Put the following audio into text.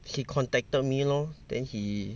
he contacted me lor then he